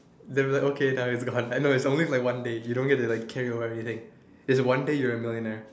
they will be like okay now it's gone it is only like one day you don't get to like carry over or anything it's one day you're a millionaire